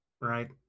right